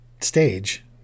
stage